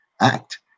act